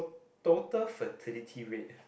total fertility rate